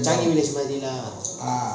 மாறி:maari lah